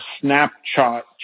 snapshot